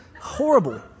horrible